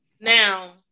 Now